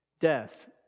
Death